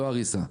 לא ההריסה.